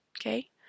okay